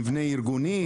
מבנה ארגוני,